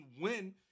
win